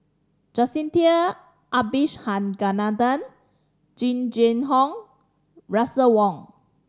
Jacintha Abisheganaden Jing Jun Hong Russel Wong